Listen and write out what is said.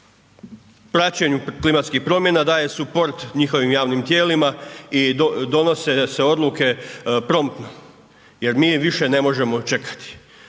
praćenju klimatskih promjena, daje suport njihovim javnim tijelima i donose se odluke promptno jer mi više ne možemo čekati.